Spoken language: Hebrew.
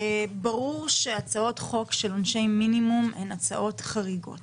ברור שהצעות חוק על עונשי מינימום הן הצעות חריגות